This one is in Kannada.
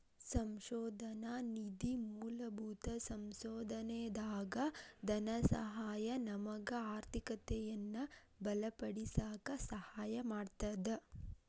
ಸಂಶೋಧನಾ ನಿಧಿ ಮೂಲಭೂತ ಸಂಶೋಧನೆಯಾಗ ಧನಸಹಾಯ ನಮಗ ಆರ್ಥಿಕತೆಯನ್ನ ಬಲಪಡಿಸಕ ಸಹಾಯ ಮಾಡ್ತದ